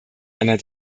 einer